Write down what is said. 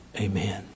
Amen